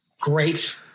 great